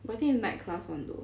but I think is night class [one] though